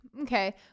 okay